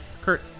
Kurt